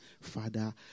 Father